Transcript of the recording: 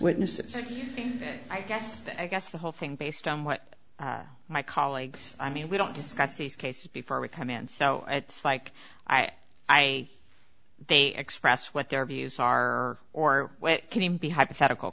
witnesses i guess i guess the whole thing based on what my colleagues i mean we don't discuss these cases before we come in so it's like i i they express what their views are or can be hypothetical